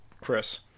Chris